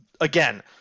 again